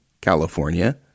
California